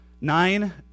Nine